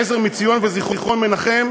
"עזר מציון" ו"זיכרון מנחם"